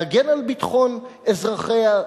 להגן על ביטחון אזרחיה,